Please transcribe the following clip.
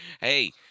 Hey